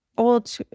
old